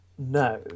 no